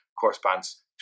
corresponds